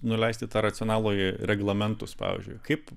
nuleisti tą racionalųjį reglamentus pavyzdžiui kaip